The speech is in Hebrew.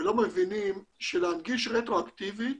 ולא מבינים שלהנגיש רטרואקטיבית